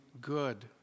good